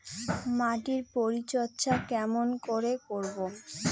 মাটির পরিচর্যা কেমন করে করব?